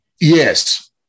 Yes